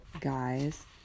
guys